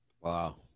Wow